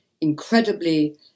incredibly